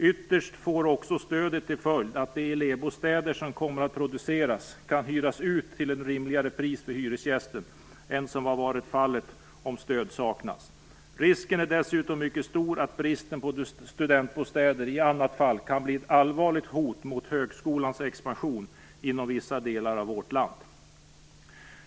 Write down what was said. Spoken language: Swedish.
Ytterst får också stödet till följd att de elevbostäder som kommer att produceras kan hyras ut till ett rimligare pris för hyresgästen än vad som blivit fallet om stöd saknats. Risken är dessutom mycket stor att bristen på studentbostäder i annat fall kan bli ett allvarligt hot mot högskolans expansion inom vissa delar av vårt land.